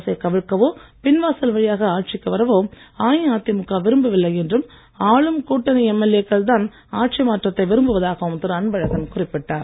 அரசை கவிழ்க்கவோ பின் வாசல் வழியாக ஆட்சிக்கு வரவோ அஇஅதிமுக விரும்பவில்லை என்றும் ஆளும் கூட்டணி எம்எல்ஏ க்கள் தான் ஆட்சி மாற்றத்தை விரும்புவதாகவும் திரு அன்பழகன் குறிப்பிட்டார்